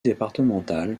départemental